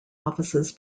offices